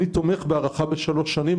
אני תומך בהארכה בשלוש שנים,